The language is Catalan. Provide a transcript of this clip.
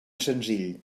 senzill